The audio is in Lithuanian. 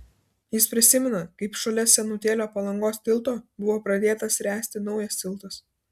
jis prisimena kaip šalia senutėlio palangos tilto buvo pradėtas ręsti naujas tiltas